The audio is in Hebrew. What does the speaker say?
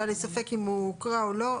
היה לי ספק אם הוא הוקרא או לא.